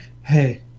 hey